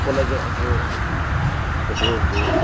ᱠᱚᱞᱮᱡᱚᱜᱼᱟ ᱠᱩ ᱯᱟᱹᱴᱷᱩᱭᱟᱹ ᱠᱩ